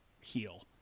heal